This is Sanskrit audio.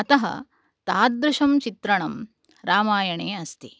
अतः तादृशं चित्रणं रामायणे अस्ति